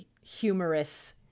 humorous